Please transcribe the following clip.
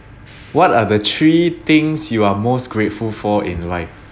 what are the three things you are most grateful for in life